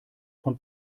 von